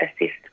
assist